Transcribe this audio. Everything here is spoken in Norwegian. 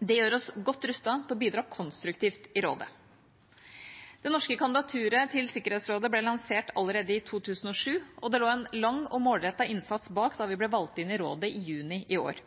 Det gjør oss godt rustet til å bidra konstruktivt i rådet. Det norske kandidaturet til Sikkerhetsrådet ble lansert allerede i 2007, og det lå en lang og målrettet innsats bak da vi ble valgt inn i rådet i juni i år.